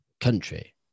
country